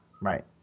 Right